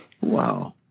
Wow